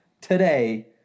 today